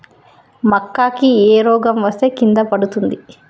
మక్కా కి ఏ రోగం వస్తే కింద పడుతుంది?